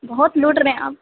بہت لوٹ رہے ہیں آپ